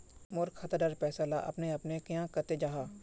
मोर खाता डार पैसा ला अपने अपने क्याँ कते जहा?